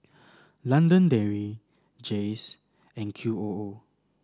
London Dairy Jays and Q O O